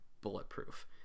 bulletproof